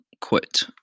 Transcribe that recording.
Quit